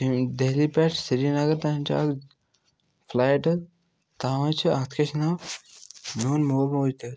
چھ دہلی پٮ۪ٹھ سرینَگر تانۍ چھِ اَکھ فُلایٹ حظ تتھ مَنٛز چھِ اَتھ کیٛاہ چھُ ناو میٛون مول موج تہِ حظ